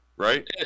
right